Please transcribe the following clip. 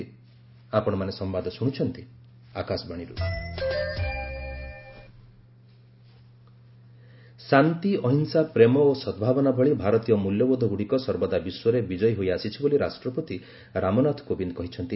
president address ଶାନ୍ତି ଅହିଂସା ପ୍ରେମ ଓ ସଦ୍ଭାବନା ଭଳି ଭାରତୀୟ ମୂଲ୍ୟବୋଧଗୁଡ଼ିକ ସର୍ବଦା ବିଶ୍ୱରେ ବିଜୟୀ ହୋଇ ଆସିଛି ବୋଲି ରାଷ୍ଟ୍ରପତି ରାମନାଥ କୋବିନ୍ଦ କହିଛନ୍ତି